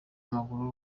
w’amaguru